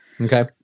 Okay